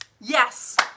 Yes